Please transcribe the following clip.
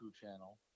channel